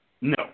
No